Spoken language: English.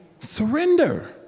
Surrender